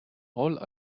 all